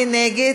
מי נגד?